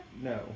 No